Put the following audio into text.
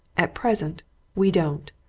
at present we don't.